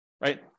right